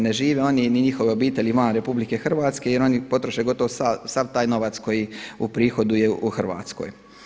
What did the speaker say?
Ne žive oni ni njihove obitelji van RH jer oni potroše gotovo sav taj novac koji uprihoduje u Hrvatskoj.